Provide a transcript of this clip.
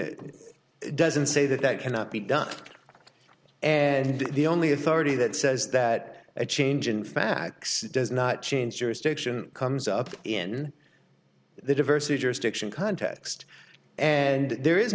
doesn't say that that cannot be done and the only authority that says that a change in facts does not change jurisdiction comes up in the diversity jurisdiction context and there is